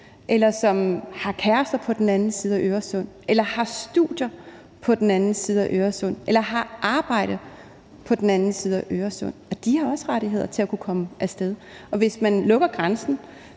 som har kærester på den anden side af Øresund, som har studier på den anden side af Øresund, eller som har arbejde på den anden side af Øresund, og de har også rettigheder til at kunne komme af sted. Hvis man lukker grænsen,